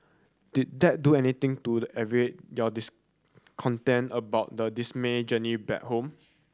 did that do anything to alleviate your discontent about the dismal journey back home